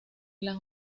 las